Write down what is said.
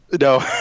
No